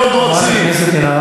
--- חבר הכנסת אוסאמה סעדי.